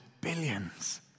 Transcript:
billions